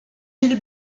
mille